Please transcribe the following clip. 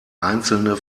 einzelne